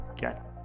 get